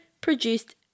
produced